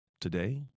today